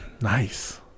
Nice